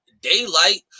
daylight